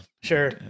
sure